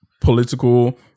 political